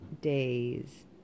days